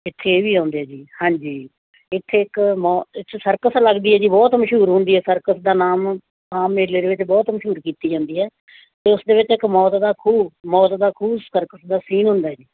ਇੱਥੇ ਇਹ ਵੀ ਆਉਂਦੇ ਹੈ ਜੀ ਹਾਂਜੀ ਇੱਥੇ ਇੱਕ ਮੋ ਇੱਥੇ ਸਰਕਸ ਲੱਗਦੀ ਹੈ ਜੀ ਬਹੁਤ ਮਸ਼ਹੂਰ ਹੁੰਦੀ ਹੈ ਸਰਕਸ ਦਾ ਨਾਮ ਆਮ ਮੇਲੇ ਦੇ ਵਿੱਚ ਬਹੁਤ ਮਸ਼ਹੂਰ ਕੀਤੀ ਜਾਂਦੀ ਹੈ ਅਤੇ ਉਸਦੇ ਵਿੱਚ ਇੱਕ ਮੌਤ ਦਾ ਖੂਹ ਮੌਤ ਦਾ ਖੂਹ ਸਰਕਸ ਦਾ ਸੀਨ ਹੁੰਦਾ ਜੀ